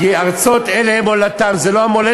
אדוני היושב-ראש, מייד עם ההכרזה